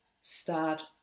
start